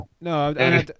No